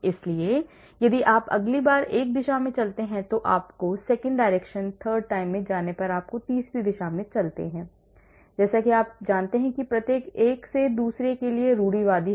इसलिए यदि आप अगली बार एक दिशा में चलते हैं तो second direction third time में जाने पर आप तीसरी दिशा में चलते हैं जैसे कि आप जानते हैं कि प्रत्येक एक से दूसरे के लिए रूढ़िवादी है